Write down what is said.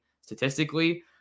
statistically